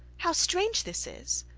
how strange this is!